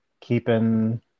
keeping